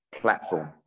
platform